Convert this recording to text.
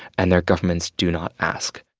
and their governments do not ask